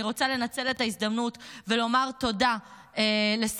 אני רוצה לנצל את ההזדמנות ולומר תודה לשר